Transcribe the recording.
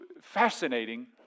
fascinating